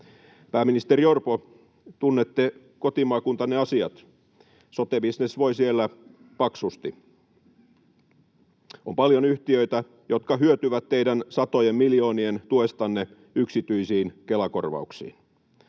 Pääministeri Orpo, tunnette kotimaakuntanne asiat, sote-bisnes voi siellä paksusti. On paljon yhtiöitä, jotka hyötyvät teidän satojen miljoonien tuestanne yksityisiin Kela-korvauksiin.